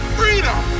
freedom